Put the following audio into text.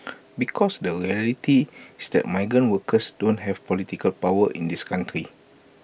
because the reality's that migrant workers don't have political power in this country